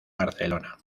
barcelona